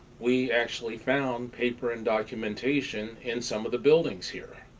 we actually found paper and documentation in some of the buildings here.